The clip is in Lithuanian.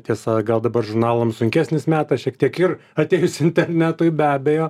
tiesa gal dabar žurnalams sunkesnis metas šiek tiek ir atėjus internetui be abejo